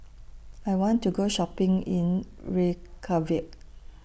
I want to Go Shopping in Reykjavik